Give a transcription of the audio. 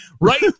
right